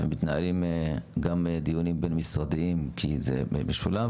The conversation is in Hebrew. ומתנהלים גם דיונים בין-משרדיים כי זה משולב.